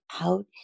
out